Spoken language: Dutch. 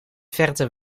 verte